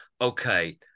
okay